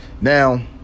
Now